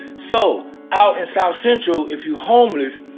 so out in south central, if you homeless,